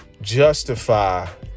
justify